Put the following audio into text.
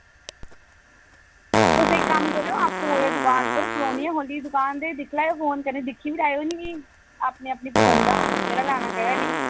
तुस इक कम्म करेओ आपूं आवेओ दकान उप्पर कलोनी गै खो'ल्ली दी दकान ते दिक्खी लेऔ फोन कन्नै दिक्खी बी लैएओ नी अपनी अपनी पसंद दा केह्ड़ा लैना केह्ड़ा नेईं